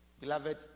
Beloved